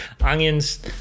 onions